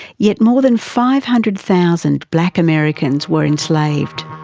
yet more than five hundred thousand black americans were enslaved.